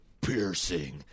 piercing